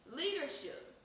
leadership